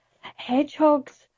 Hedgehogs